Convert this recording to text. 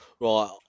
Right